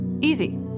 Easy